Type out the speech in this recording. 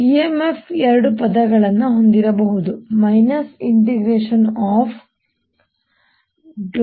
ಆದ್ದರಿಂದ EMF ಎರಡು ಪದಗಳನ್ನು ಹೊಂದಿರಬಹುದು ∂Brt∂t